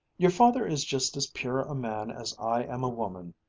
your father is just as pure a man as i am a woman,